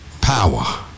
power